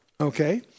Okay